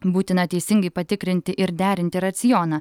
būtina teisingai patikrinti ir derinti racioną